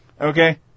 Okay